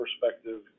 perspective